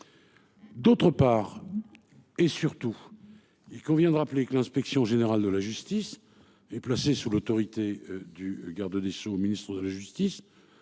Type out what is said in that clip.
D'autre part. Et surtout. Il convient de rappeler que l'inspection générale de la justice et placée sous l'autorité du garde des Sceaux, ministre de la justice.